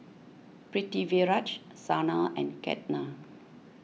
Pritiviraj Sanal and Ketna